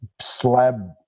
slab